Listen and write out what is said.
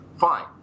Fine